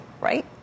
right